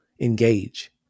engage